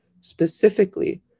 specifically